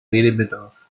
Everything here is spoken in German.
redebedarf